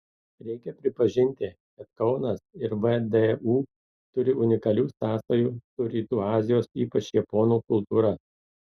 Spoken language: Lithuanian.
reikia pripažinti kad kaunas ir vdu turi unikalių sąsajų su rytų azijos ypač japonų kultūra